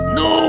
no